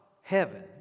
heaven